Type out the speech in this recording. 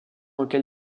auquel